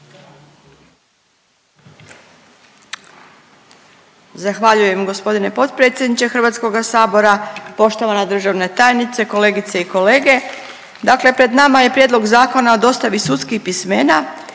Zahvaljujem g. potpredsjedniče HS-a, poštovana državna tajnice, kolegice i kolege. Dakle pred nama je Prijedlog Zakona o dostavi sudskih pismena